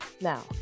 Now